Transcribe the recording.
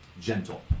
gentle